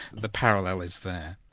the parallel is there.